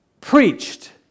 preached